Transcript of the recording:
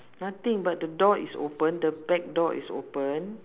nothing but the door is open the back door is open